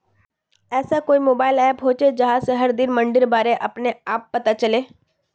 ऐसा कोई mobile app होचे जहा से हर दिन मंडीर बारे अपने आप पता चले?